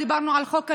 דיברנו על חוק הלאום,